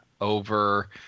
over